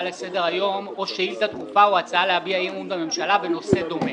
לסדר-היום או שאילתה דחופה או הצעה להביע אי אמון בממשלה בנושא דומה.